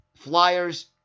Flyers